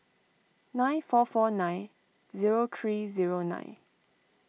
nine four four nine zero three zero nine